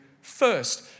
first